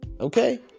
okay